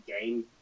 game